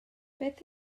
beth